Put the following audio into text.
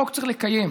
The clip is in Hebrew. חוק צריך לקיים,